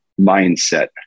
mindset